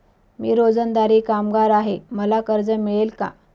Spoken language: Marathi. मी रोजंदारी कामगार आहे मला कर्ज मिळेल का?